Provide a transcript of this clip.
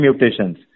mutations